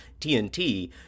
TNT